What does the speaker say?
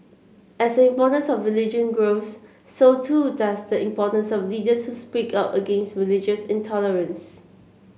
as the importance of religion grows so too does the importance of leaders who speak out against religious intolerance